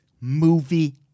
movie